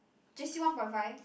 J_C one point five